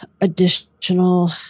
additional